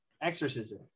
exorcism